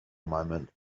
moment